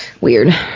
Weird